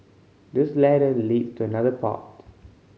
this ladder leads to another part